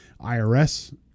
IRS